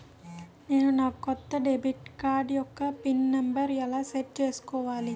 నేను నా కొత్త డెబిట్ కార్డ్ యెక్క పిన్ నెంబర్ని ఎలా సెట్ చేసుకోవాలి?